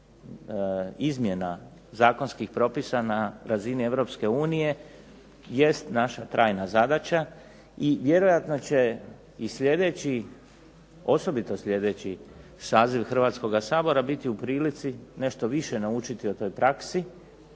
izmjena zakonskih propisa na razini EU jest naša trajna zadaća. I vjerojatno će sljedeći, osobito sljedeći saziv Hrvatskoga sabora biti u prilici nešto više naučiti o toj praksi